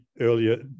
earlier